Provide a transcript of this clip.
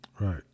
Right